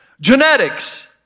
genetics